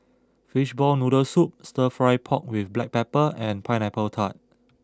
Fishball Noodle Soup Stir Fry Pork with Black Pepper and Pineapple Tart